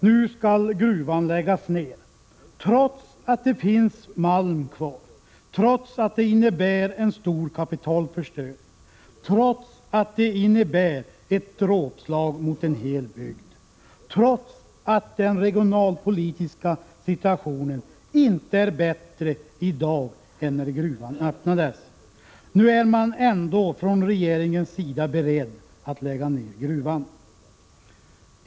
Nu skall gruvan läggas ner, trots att det finns malm kvar, trots att det innebär en stor kapitalförstöring, trots att det innebär ett dråpslag mot en hel bygd, trots att den regionalpolitiska situationen inte är bättre i dag än när gruvan öppnades. Nu är man ändå från regeringens sida beredd att lägga ner gruvan.